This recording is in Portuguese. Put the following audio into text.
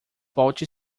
volte